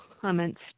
comments